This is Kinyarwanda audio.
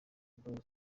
boys